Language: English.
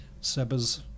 Seba's